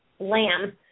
lamb